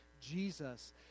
Jesus